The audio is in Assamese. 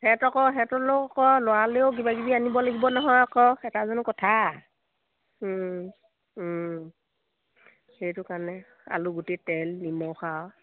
সিহঁতক সিহঁতলৈও ক ল'ৰালৈও কিবাকিবি আনিব লাগিব নহয় আকৌ এটা জানো কথা সেইটো কাৰণে আলুগুটি তেল নিমখ আৰু